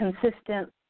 consistent